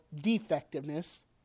defectiveness